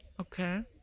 Okay